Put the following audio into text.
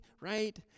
right